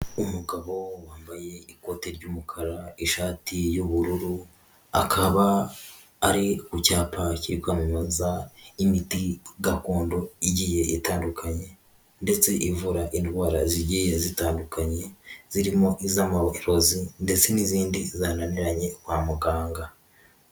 Umugabo wambaye ikote ry'umukara, ishati y'ubururu akaba ari ku cyapa kirikwamamaza imiti gakondo igiye itandukanye ndetse ivura indwara zigiye zitandukanye zirimo iz'amarozi ndetse n'izindi zananiranye kwa muganga.